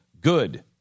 Good